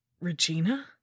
Regina